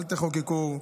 אל תחוקקו,